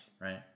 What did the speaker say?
right